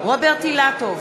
רוברט אילטוב,